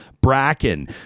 Bracken